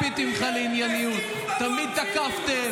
תגיד, מה אתה חושב,